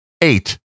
eight